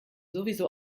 sowieso